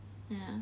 ya